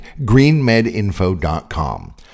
greenmedinfo.com